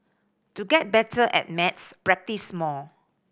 to get better at maths practise more